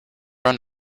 run